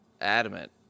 adamant